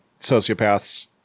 sociopaths